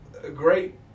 great